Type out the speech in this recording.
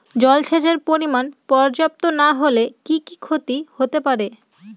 জলসেচের পরিমাণ পর্যাপ্ত না হলে কি কি ক্ষতি হতে পারে?